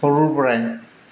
সৰুৰ পৰাই